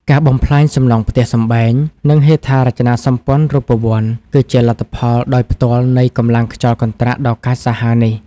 ការបំផ្លាញសំណង់ផ្ទះសម្បែង និងហេដ្ឋារចនាសម្ព័ន្ធរូបវន្ត គឺជាលទ្ធផលដោយផ្ទាល់នៃកម្លាំងខ្យល់កន្ត្រាក់ដ៏កាចសាហាវនេះ។